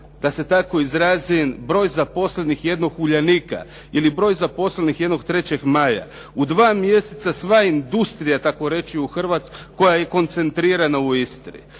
da se tako izrazim, broj zaposlenih jednog "Uljanika", ili broj zaposlenih jednog "3. maja". U dva mjeseca sva industrija tako reći u Hrvatskoj, koja je koncentrirana u Istri.